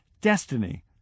Destiny